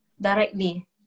Directly